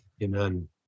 Amen